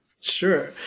Sure